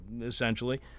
essentially